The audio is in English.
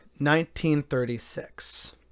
1936